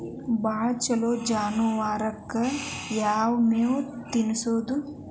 ಭಾಳ ಛಲೋ ಜಾನುವಾರಕ್ ಯಾವ್ ಮೇವ್ ತಿನ್ನಸೋದು?